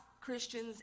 Christians